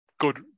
good